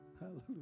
Hallelujah